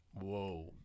Whoa